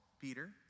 Peter